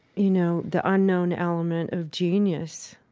you know, the unknown element of genius.